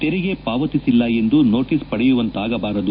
ತೆರಿಗೆ ಪಾವತಿಸಿಲ್ಲ ಎಂದು ನೋಟಸ್ ಪಡೆಯುವಂತಾಗಬಾರದು